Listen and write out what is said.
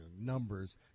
numbers